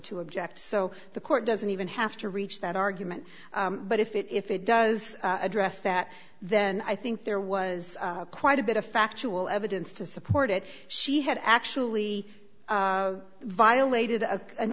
to object so the court doesn't even have to reach that argument but if it if it does address that then i think there was quite a bit of factual evidence to support it she had actually violated a an